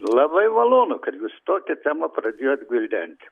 labai malonu kad jūs tokią temą pradėjot gvildenti